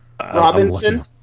Robinson